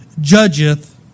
judgeth